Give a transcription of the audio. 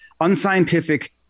unscientific